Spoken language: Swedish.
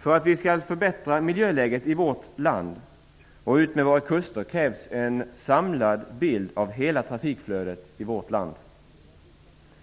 För att vi skall kunna förbättra miljöläget i vårt land och utmed våra kuster krävs en samlad bild av hela trafikflödet. Att erbjuda trafikanterna kollektiva